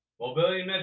Mobility